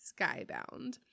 Skybound